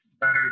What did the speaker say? better